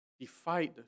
defied